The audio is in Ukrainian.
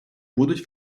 будуть